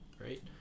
right